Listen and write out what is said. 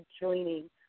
joining